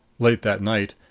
late that night,